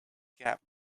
gap